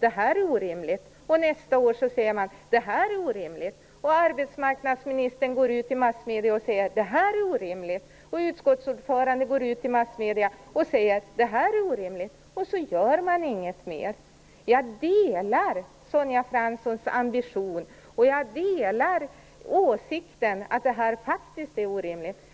Det här är orimligt. Nästa år säger man: Det här är orimligt. Sedan går arbetsmarknadsministern ut i massmedierna och säger: Det här är orimligt. Utskottets ordförande går ut i massmedierna och säger: Det här är orimligt. Och så gör man inget mer! Jag delar Sonja Franssons ambition, och jag delar åsikten att det här faktiskt är orimligt.